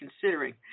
considering